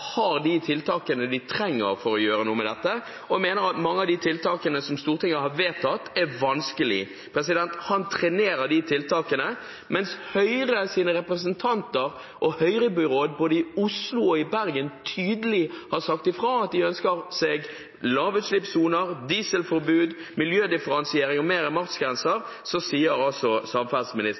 mange av tiltakene Stortinget har vedtatt, er vanskelige. Han trenerer disse tiltakene. Mens Høyres representanter og høyrebyrådet både i Oslo og i Bergen tydelig har sagt at de ønsker seg lavutslippssoner, dieselforbud, miljødifferensiering og flere maksgrenser, trenerer samferdselsministeren altså